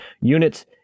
units